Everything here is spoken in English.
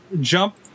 jump